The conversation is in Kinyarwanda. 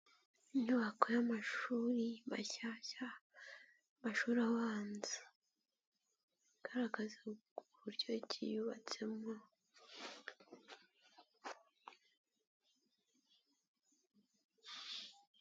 Inyubako y'amashuri mashyashya amashuri abanza, igaragaza uburyo ki yubatsemo.